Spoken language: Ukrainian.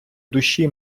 душі